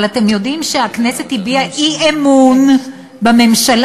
אבל אתם יודעים שהכנסת הביעה אי אמון בממשלה?